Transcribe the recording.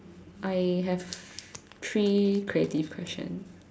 I have three creative question